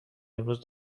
امروز